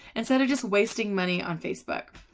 instead of just wasting money on facebook.